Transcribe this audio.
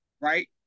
Right